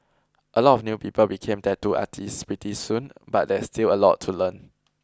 a lot of new people become tattoo artists pretty soon but there's still a lot to learn